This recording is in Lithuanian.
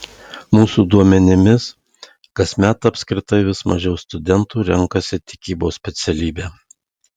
mūsų duomenimis kasmet apskritai vis mažiau studentų renkasi tikybos specialybę